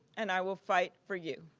and i will fight for you.